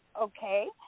okay